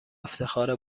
افتخار